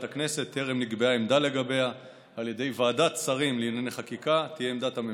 הכנסת וטרם נקבעה עמדה לגביה על ידי ועדת שרים לענייני חקיקה,